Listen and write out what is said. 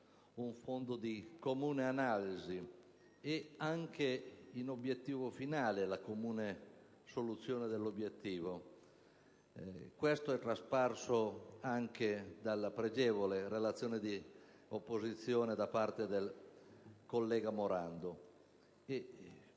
un fondo di comune analisi ed anche, in obiettivo finale, la comune soluzione dell'obiettivo. Questo è trasparso anche dalla pregevole relazione del relatore di minoranza Morando.